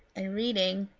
and reading,